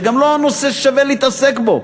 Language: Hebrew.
זה גם לא נושא ששווה להתעסק בו,